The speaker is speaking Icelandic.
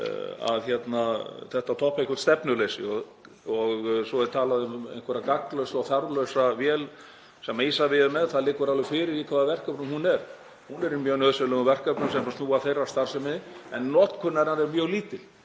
að þetta toppi eitthvert stefnuleysi og svo er talað um einhverja gagnslausa og þarflausa vél sem Isavia er með. Það liggur alveg fyrir í hvaða verkefnum hún er. Hún er í mjög nauðsynlegum verkefnum sem snúa að þeirra starfsemi, en notkun hennar er mjög lítil.